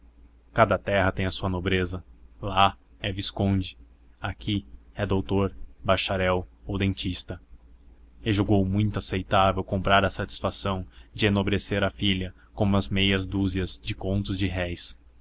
cada terra tem a sua nobreza lá é visconde aqui é doutor bacharel ou dentista e julgou muito aceitável comprar a satisfação de enobrecer a filha com umas meias dúzias de contos de réis